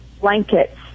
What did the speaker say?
blankets